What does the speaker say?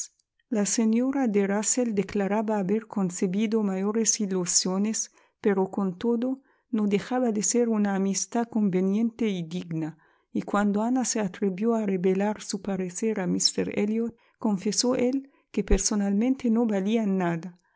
la señora de rusell declaraba haber concebido mayores ilusiones pero con todo no dejaba de ser una amistad conveniente y digna y cuando ana se atrevió a revelar su parecer a míster elliot confesó él que personalmente no valían nada